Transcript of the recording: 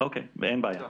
אין בעיה.